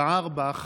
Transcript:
גער בך